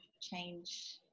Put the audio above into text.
change